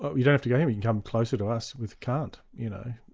but you don't have to go any you come closer to us with kant, you know.